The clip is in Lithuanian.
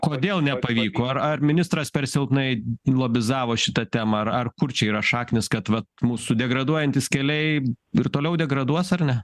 kodėl nepavyko ar ar ministras per silpnai lobizavo šitą temą ar ar kur čia yra šaknys kad vat mūsų degraduojantys keliai ir toliau degraduos ar ne